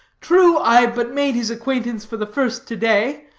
true, i but made his acquaintance for the first to-day,